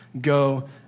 go